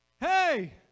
Hey